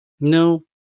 No